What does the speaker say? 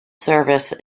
service